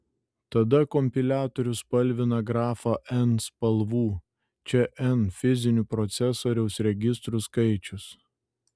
tada kompiliatorius spalvina grafą n spalvų čia n fizinių procesoriaus registrų skaičius